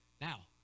Now